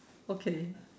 okay